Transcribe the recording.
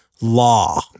law